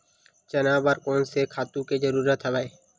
चना बर कोन से खातु के जरूरत हवय?